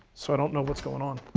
so i don't know what's going on.